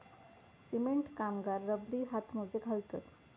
cement कामगार रबरी हातमोजे घालतत